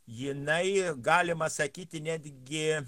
jinai galima sakyti netgi